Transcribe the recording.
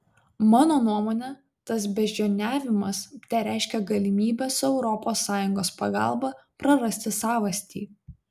mano nuomone tas beždžioniavimas tereiškia galimybę su europos sąjungos pagalba prarasti savastį